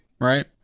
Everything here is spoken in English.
right